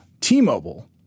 T-Mobile